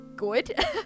good